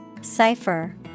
Cipher